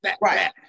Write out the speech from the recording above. Right